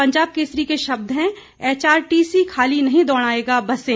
पंजाब केसरी के शब्द हैं एचआरटीसी खाली नहीं दौड़ायेगा बसें